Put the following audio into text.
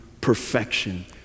perfection